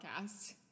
podcast